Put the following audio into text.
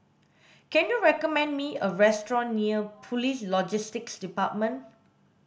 can you recommend me a restaurant near Police Logistics Department